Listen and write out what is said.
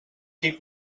qui